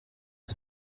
que